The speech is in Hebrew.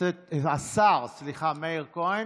השר מאיר כהן.